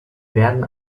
werden